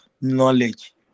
knowledge